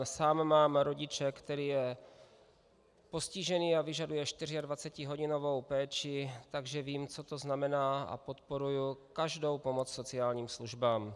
Sám mám rodiče, který je postižený a vyžaduje 24hodinovou péči, takže vím, co to znamená, a podporuji každou pomoc sociálním službám.